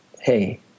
hey